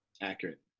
Accurate